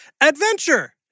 adventure